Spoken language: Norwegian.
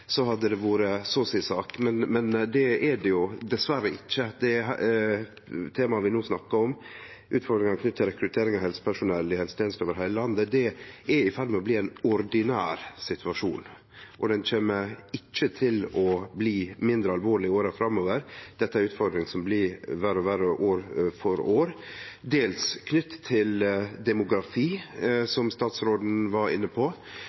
så si sak, men det er det dessverre ikkje. Det temaet vi no snakkar om, utfordringa knytt til rekruttering av helsepersonell i helsetenesta over heile landet, er i ferd med å bli ein ordinær situasjon – og han kjem ikkje til å bli mindre alvorleg i åra framover. Dette er ei utfordring som blir verre og verre år for år, dels knytt til demografi, som statsråden var inne på.